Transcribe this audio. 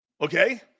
Okay